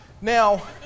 Now